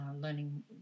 learning